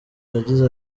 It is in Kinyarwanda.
yagize